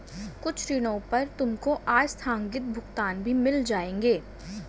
कुछ ऋणों पर तुमको आस्थगित भुगतान भी मिल जाएंगे